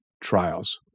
trials